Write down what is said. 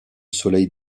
soleil